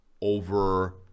over